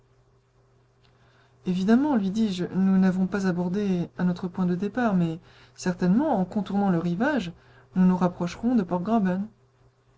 évidemment lui dis-je nous n'avons pas abordé à notre point de départ mais certainement en contournant le rivage nous nous rapprocherons de